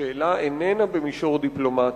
השאלה איננה במישור דיפלומטי.